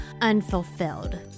unfulfilled